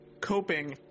coping